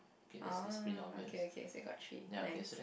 oh okay okay I got three nice